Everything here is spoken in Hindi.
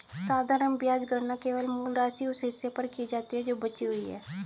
साधारण ब्याज गणना केवल मूल राशि, उस हिस्से पर की जाती है जो बची हुई है